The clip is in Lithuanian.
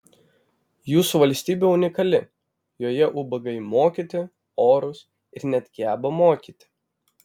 jūsų valstybė unikali joje ubagai mokyti orūs ir net geba mokyti